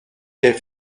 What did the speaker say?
est